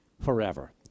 forever